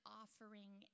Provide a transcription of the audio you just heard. offering